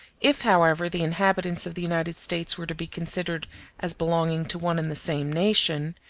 if, however, the inhabitants of the united states were to be considered as belonging to one and the same nation,